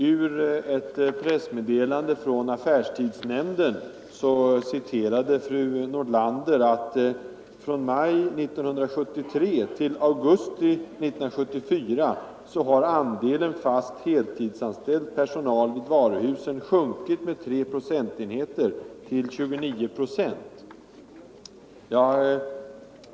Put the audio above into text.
Ur ett pressmeddelande från affärstidsnämnden citerade fru Nordlander och sade att från maj 1973 till augusti 1974 har andelen fast heltidsanställd personal sjunkit med 3 procentenheter till 29 procent.